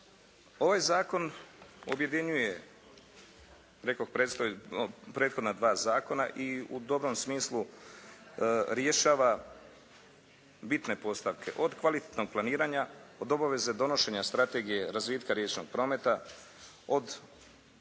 Ovaj zakon objedinjuje rekao bih prethodna dva zakona i u dobrom smislu rješava bitne postavke od kvalitetnog planiranja, od obaveze donošenja strategije razvitka riječnog prometa, od